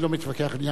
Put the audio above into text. אבל החזון: